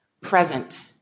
present